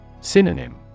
Synonym